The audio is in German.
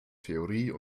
theorie